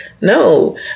No